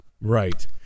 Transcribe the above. Right